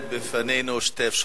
עומדות בפנינו שתי אפשרויות,